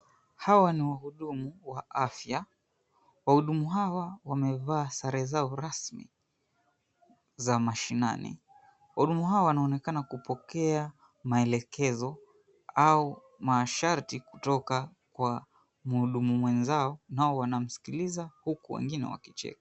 Hawa ni wahudumu wa afya. Wahudumu hawa wamevaa sare zao rasmi za mashinani. Wahudumu hao wanaonekana kupokea maelekezo au masharti kutoka kwa mhudumu mwenzao, nao wanamsikiliza huku wengine wakicheka.